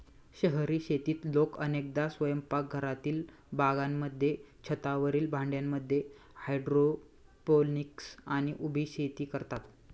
शहरी शेतीत लोक अनेकदा स्वयंपाकघरातील बागांमध्ये, छतावरील भांड्यांमध्ये हायड्रोपोनिक्स आणि उभी शेती करतात